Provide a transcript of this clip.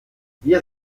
wir